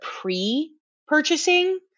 pre-purchasing